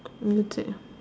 retell